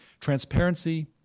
Transparency